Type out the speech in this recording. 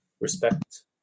respect